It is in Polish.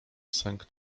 sęk